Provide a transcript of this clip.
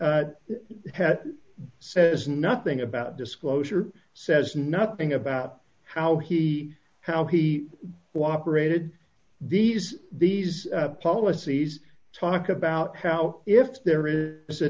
says nothing about disclosure says nothing about how he how he cooperated these these policies talk about how if there is a